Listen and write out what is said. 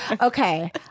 Okay